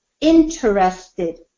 interested